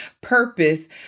purpose